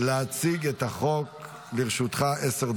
שישה